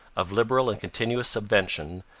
of liberal and continuous subvention,